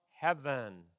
heaven